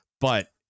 But-